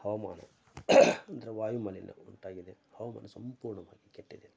ಹವಾಮಾನ ಅಂದರೆ ವಾಯುಮಾಲಿನ್ಯ ಉಂಟಾಗಿದೆ ಹವಾಮಾನ ಸಂಪೂರ್ಣವಾಗಿ ಕೆಟ್ಟಿದೆ